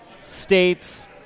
states